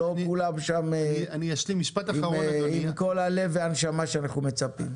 לא כולם שם עם כל הלב והנשמה שאנחנו מצפים.